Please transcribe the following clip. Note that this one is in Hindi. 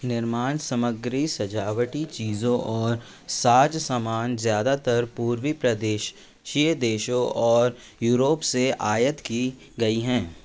निर्माण सामग्री सजावटी चीज़ें और साज सामान ज़्यादातर पूर्वी एशियाई देशों और यूरोप से आयात किए गए थे